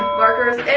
markers